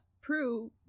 prove